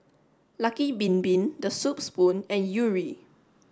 lucky Bin Bin The Soup Spoon and Yuri